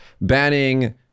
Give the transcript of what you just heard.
banning